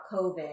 COVID